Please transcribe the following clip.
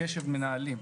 קשב מנהלים,